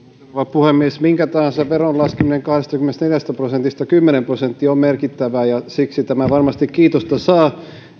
puhemies minkä tahansa veron laskeminen kahdestakymmenestäneljästä prosentista kymmeneen prosenttiin on merkittävää ja siksi tämä varmasti kiitosta saa